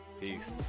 Peace